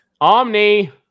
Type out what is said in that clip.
Omni